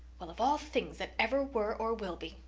well, of all things that ever were or will be!